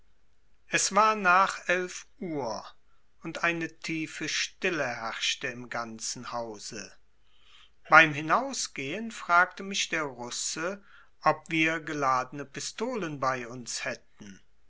es war nach elf uhr und eine tiefe stille herrschte im ganzen hause beim hinausgehen fragte mich der russe ob wir geladene pistolen bei uns hätten